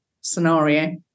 scenario